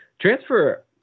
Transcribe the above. Transfer